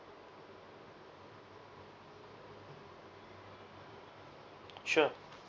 sure